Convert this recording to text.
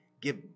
give